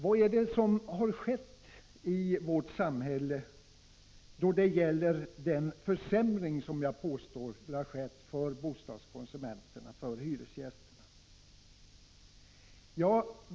Vad är det då som har skett i vårt samhälle när det gäller den försämring som jag påstår skulle ha inträffat för bostadskonsumenterna-hyresgästerna?